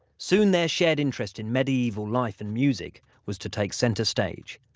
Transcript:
soon their shared interest in medieval life and music was to take centre stage.